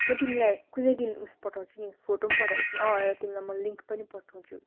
म तिमीलाई कुनै दिन उस पठाउँछु नि फोट पनि पठाउँछु म तिमीलाई लिङ्क पनि पठाउँछु